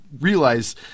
realize